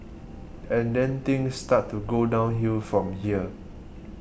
and then things start to go downhill from here